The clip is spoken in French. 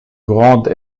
grande